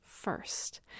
first